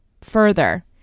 Further